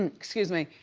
and excuse me.